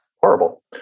Horrible